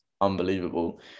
unbelievable